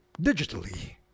digitally